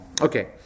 okay